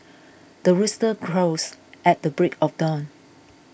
the rooster crows at the break of dawn